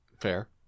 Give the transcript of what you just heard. Fair